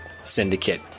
syndicate